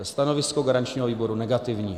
Stanovisko garančního výboru negativní.